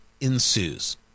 ensues